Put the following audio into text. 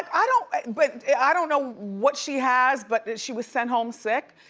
i don't but i don't know what she has but she was sent home sick.